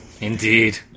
Indeed